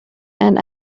and